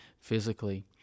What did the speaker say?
physically